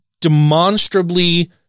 demonstrably